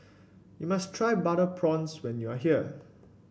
you must try Butter Prawns when you are here